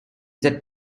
that